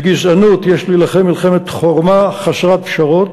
בגזענות יש להילחם מלחמת חורמה חסרת פשרות,